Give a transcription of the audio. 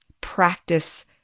practice